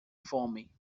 fome